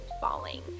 Falling